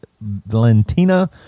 Valentina